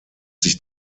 sich